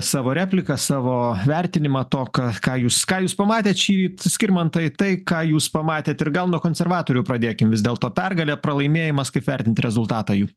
savo repliką savo vertinimą to ką ką jūs ką jūs pamatėt šįryt skirmantai tai ką jūs pamatėt ir gal nuo konservatorių pradėkim vis dėlto pergalė pralaimėjimas kaip vertinti rezultatą jų